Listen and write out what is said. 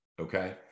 okay